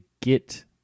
get